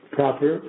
proper